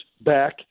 back